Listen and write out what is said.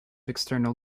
external